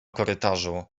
korytarzu